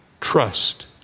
trust